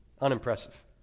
Unimpressive